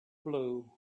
blue